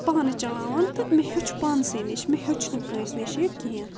پانہٕ چلاوان تہٕ مےٚ ہیٚوچھ پانسٕے نش مےٚ ہیٚوچھ نہِ کانسہِ نش یہِ کیٚنحہہ